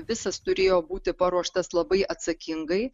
visas turėjo būti paruoštas labai atsakingai